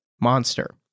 monster